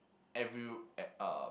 every uh uh